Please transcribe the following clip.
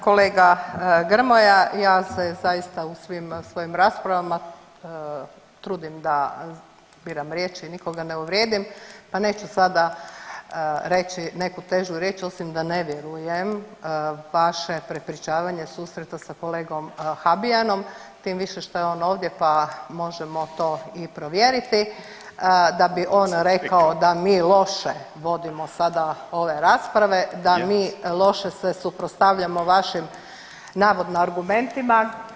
Kolega Grmoja ja se zaista u svim svojim rasprava trudim da biram riječi i nikoga ne uvrijedim pa neću sada reći neku težu riječ osim da ne vjerujem vaše prepričavanje susreta sa kolegom Habijanom tim više što je on ovdje pa možemo to i provjeriti da bi on rekao da mi loše vodimo sada ove rasprave, da mi loše se suprotstavljamo vašim navodno argumentima.